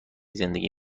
زندگی